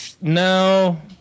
No